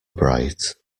bright